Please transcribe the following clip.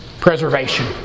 preservation